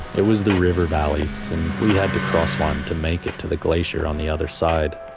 it was the river valleys and we had to cross one to make it to the glacier on the other side.